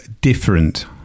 different